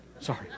Sorry